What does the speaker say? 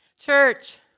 Church